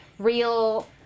real